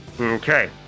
Okay